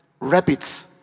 Rabbits